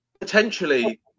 potentially